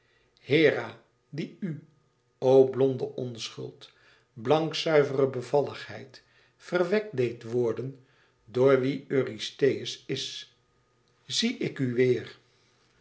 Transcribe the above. hera die u o blonde onschuld blankzuivere bevalligheid verwekt deed worden door wie eurystheus is zie ik u weêr